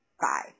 Bye